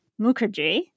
Mukherjee